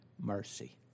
mercy